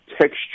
texture